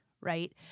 right